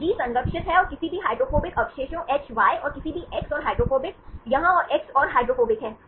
तो जी संरक्षित है और किसी भी हाइड्रोफोबिक अवशेषों एच वाई और किसी भी एक्स और हाइड्रोफोबिक यहाँ और एक्स और हाइड्रोफोबिक है